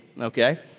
okay